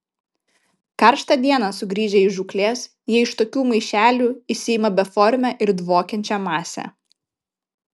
karštą dieną sugrįžę iš žūklės jie iš tokių maišelių išsiima beformę ir dvokiančią masę